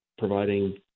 providing